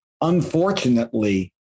Unfortunately